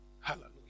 Hallelujah